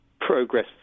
progress